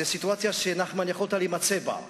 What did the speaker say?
זו סיטואציה שיכולת להימצא בה.